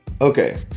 Okay